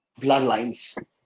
bloodlines